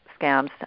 scams